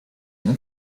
nie